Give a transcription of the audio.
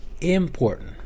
important